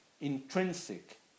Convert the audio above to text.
intrinsic